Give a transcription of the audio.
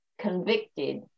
convicted